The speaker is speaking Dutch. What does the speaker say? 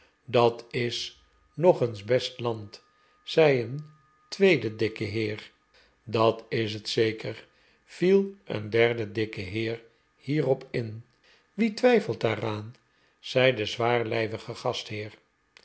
dat is nog eens best land zei een tweede dikke heer dat is het zeker viel een derde dikke heer hierop in wie twijfelt daaraan zei de zwaarlijvige gastheer